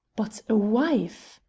but a wife!